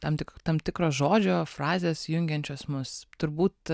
tam tik tam tikro žodžio frazės jungiančios mus turbūt